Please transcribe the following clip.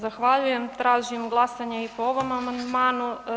Zahvaljujem, tražim glasanje i po ovom amandmanu.